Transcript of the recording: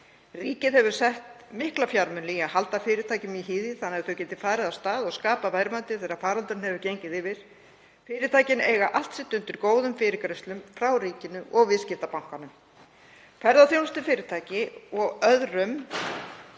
Ríkið hefur sett mikla fjármuni í að halda fyrirtækjum í híði þannig að þau geti farið af stað og skapað verðmæti þegar faraldurinn hefur gengið yfir. Fyrirtækin eiga allt sitt undir góðum fyrirgreiðslum frá ríkinu og viðskiptabankanum. Ferðaþjónustufyrirtækjum og öðrum